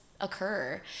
occur